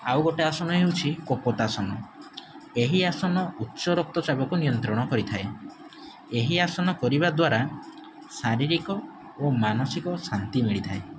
ଆଉଗୋଟେ ଆସନ ହେଉଛି କୋପତାସନ ଏହି ଆସନ ଉଚ୍ଚ ରକ୍ତଚାପକୁ ନିୟନ୍ତ୍ରଣ କରିଥାଏ ଏହି ଆସନ କରିବା ଦ୍ୱାରା ଶାରୀରିକ ଓ ମାନସିକ ଶାନ୍ତି ମିଳିଥାଏ